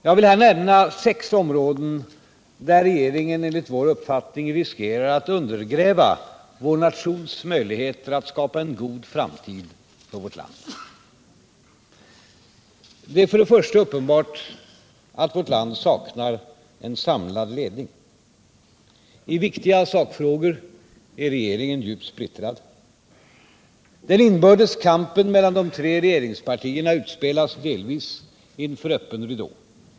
Jag vill här nämna sex områden där regeringen enligt vår uppfattning riskerar att undergräva vår nations möjligheter att skapa en god framtid för vårt land. Det är först och främst uppenbart att vårt land saknar en samlad ledning. I viktiga sakfrågor är regeringen djupt splittrad. Den inbördes kampen mellan de tre regeringspartierna utspelas delvis inför öppen ridå.